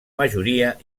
majoria